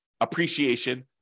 appreciation